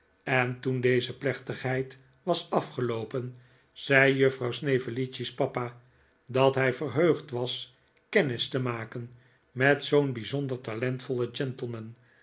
en toen deze plechtigheid was afgeloopen zei juffrouw snevellicci's papa dat hij verheugd was kennis te maken met zoo'n bijzonder talentvollen